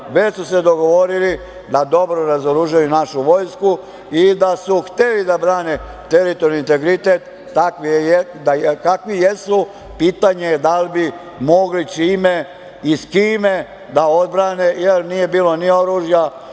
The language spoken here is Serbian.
Već su se dogovorili da dobro razoružaju našu vojsku. Da su hteli da brane teritorijalni integritet kakvi jesu pitanje je da li bi mogli, čime i sa kime da odbrane, jer nije bilo ni oružja,